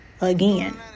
again